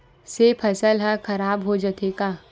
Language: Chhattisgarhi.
से फसल ह खराब हो जाथे का?